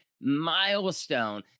milestone